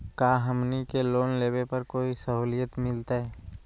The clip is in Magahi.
का हमनी के लोन लेने पर कोई साहुलियत मिलतइ?